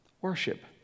Worship